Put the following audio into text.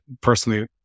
personally